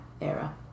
era